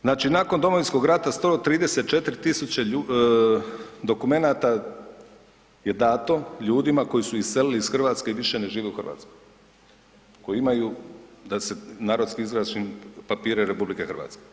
Znači, nakon Domovinskog rata 134 000 dokumenata je dato ljudima koji su iselili iz RH i više ne žive u RH, koji imaju, da se narodski izrazim, papire RH.